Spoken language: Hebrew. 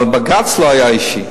אבל בג"ץ לא היה אישי,